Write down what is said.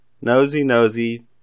nosy-nosy